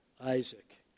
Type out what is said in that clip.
Isaac